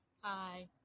hi